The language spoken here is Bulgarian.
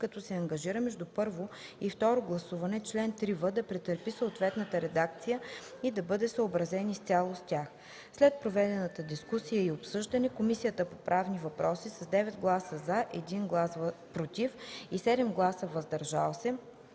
като се ангажира между първо и второ гласуване чл. 3в да претърпи съответната редакция и да бъде съобразен изцяло с тях. След проведената дискусия и обсъждане Комисията по правни въпроси с 9 гласа „за”, 1 глас „против” и 7 гласа „въздържали